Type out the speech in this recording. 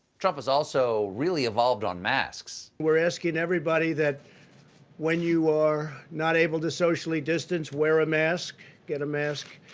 trump is also really evolved on that. we're asking everybody that when you are not able to socially distance, wear a mask, get a mask,